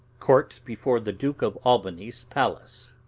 court before the duke of albany's palace.